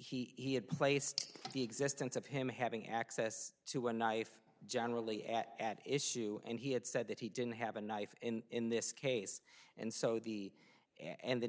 he had placed the existence of him having access to a knife generally at at issue and he had said that he didn't have a knife in this case and so the and the